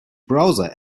browser